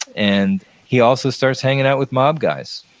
and he also starts hanging out with mob guys.